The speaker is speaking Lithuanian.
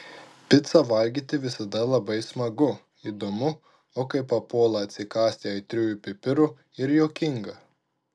picą valgyti visada labai smagu įdomu o kai papuola atsikąsti aitriųjų pipirų ir juokinga